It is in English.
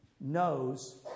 knows